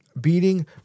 beating